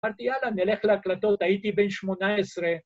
‫אמרתי, יאללה, נלך להקלטות. ‫הייתי בן 18.